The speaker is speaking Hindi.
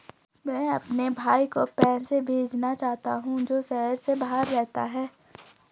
मैं अपने भाई को पैसे भेजना चाहता हूँ जो शहर से बाहर रहता है